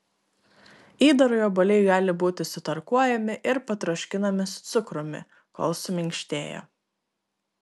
įdarui obuoliai gali būti sutarkuojami ir patroškinami su cukrumi kol suminkštėja